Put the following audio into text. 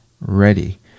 ready